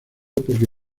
porque